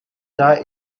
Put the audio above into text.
dye